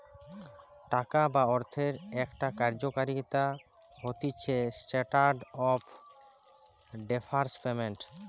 টাকা বা অর্থের একটা কার্যকারিতা হতিছেস্ট্যান্ডার্ড অফ ডেফার্ড পেমেন্ট